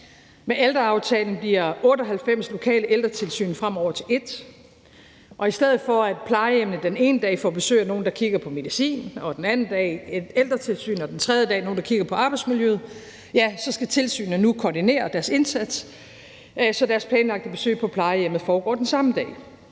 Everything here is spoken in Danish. Med ældreaftalen bliver 98 lokale ældretilsyn fremover til ét, og i stedet for at plejehjemmet den ene dag får besøg af nogle, der kigger på medicin, den anden dag af et ældretilsyn, og den tredje dag af nogle, der kigger på arbejdsmiljøet, så skal tilsynene nu koordinere deres indsats, så deres planlagte besøg på plejehjemmet foregår på den samme dag.